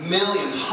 millions